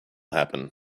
happen